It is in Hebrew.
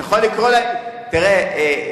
תראה,